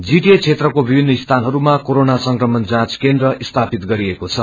GTA क्षेत्रकोविभिन्नस्थानहरूमाकोरोनासंक्रमणजाँचकेन्द्रहरू स्थापितगरिएकोछ